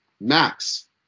Max